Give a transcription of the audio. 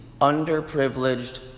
underprivileged